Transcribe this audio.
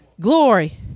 Glory